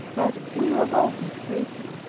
but we were both mistaken.